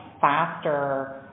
faster